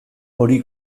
hori